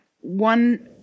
one